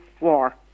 War